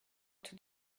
tout